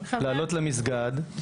לעלות למסגד,